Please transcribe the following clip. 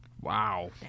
Wow